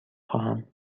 خواهم